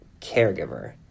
caregiver